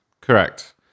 correct